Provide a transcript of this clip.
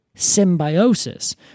symbiosis